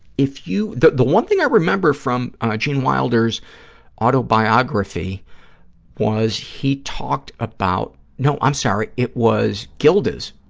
if you, the the one thing i remember from gene wilder's autobiography was he talked about, no, i'm sorry, it was gilda's,